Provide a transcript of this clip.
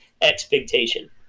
expectation